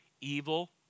Evil